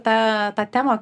tą tą temą